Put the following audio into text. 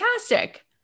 fantastic